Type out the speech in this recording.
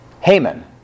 Haman